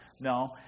no